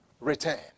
return